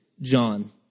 John